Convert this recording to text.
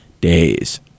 days